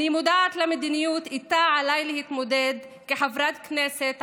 אני מודעת למדיניות שאיתה עליי להתמודד כחברת כנסת ערבייה.